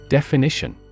Definition